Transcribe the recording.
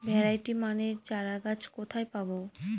Variety মানের চারাগাছ কোথায় পাবো?